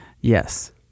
yes